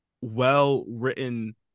well-written